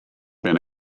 been